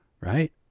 Right